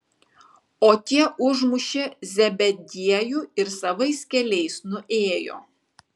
o tie užmušė zebediejų ir savais keliais nuėjo